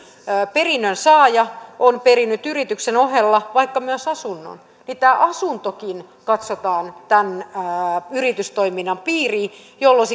perinnönsaaja on perinyt yrityksen ohella vaikka myös asunnon niin tämä asuntokin katsotaan yritystoiminnan piiriin jolloin